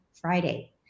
Friday